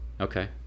okay